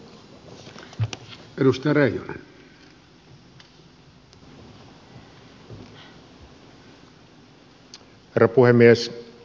herra puhemies